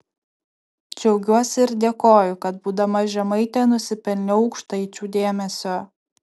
džiaugiuosi ir dėkoju kad būdama žemaitė nusipelniau aukštaičių dėmesio